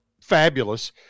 fabulous